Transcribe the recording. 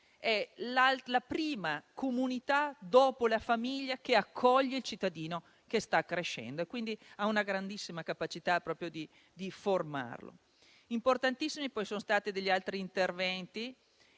è la prima comunità, dopo la famiglia, ad accogliere il cittadino che sta crescendo e quindi ha una grandissima capacità di formarlo. Importantissimi, poi, sono stati altri interventi,